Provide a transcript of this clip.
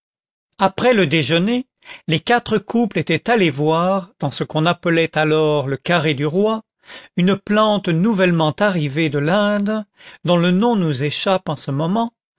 après le déjeuner les quatre couples étaient allés voir dans ce qu'on appelait alors le carré du roi une plante nouvellement arrivée de l'inde dont le nom nous échappe en ce moment